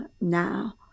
now